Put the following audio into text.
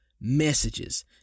messages